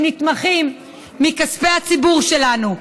שנתמכים בכספי הציבור שלנו.